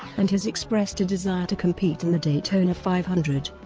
and has expressed a desire to compete in the daytona five hundred.